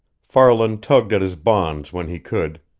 farland tugged at his bonds when he could,